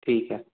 ठीक है